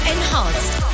Enhanced